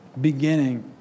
beginning